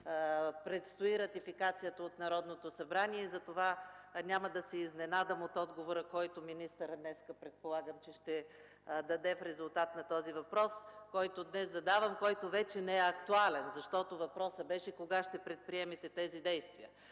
предстои ратификацията от Народното събрание и затова няма да се изненадам от отговора, който министърът предполагам, че днес ще даде на този въпрос, който задавам, но той вече не е актуален. Въпросът беше: кога ще предприемете тези действия?